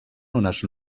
unes